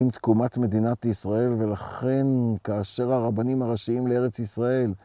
עם תקומת מדינת ישראל ולכן כאשר הרבנים הראשיים לארץ ישראל.